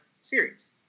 series